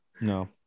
no